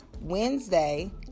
Wednesday